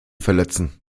verletzen